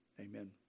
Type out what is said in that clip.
Amen